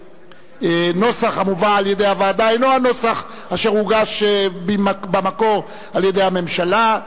והנוסח המובא על-ידי הוועדה הינו הנוסח אשר הוגש במקור על-ידי הממשלה,